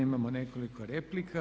Imamo nekoliko replika.